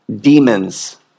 demons